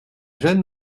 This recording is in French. jeunes